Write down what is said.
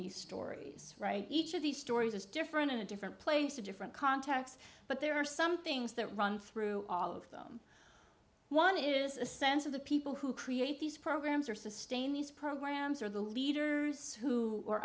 these stories right each of these stories is different in a different place to different contacts but there are some things that run through all of them one is a sense of the people who create these programs or sustain these programs are the leaders who are